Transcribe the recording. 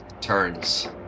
turns